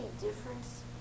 difference